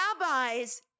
Rabbis